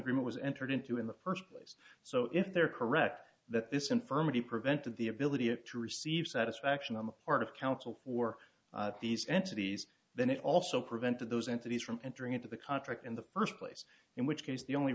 agreement was entered into in the first place so if they are correct that this infirmity prevented the ability of to receive satisfaction on the part of counsel for these entities then it also prevented those entities from entering into the contract in the first place in which case the only